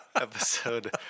Episode